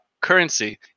currency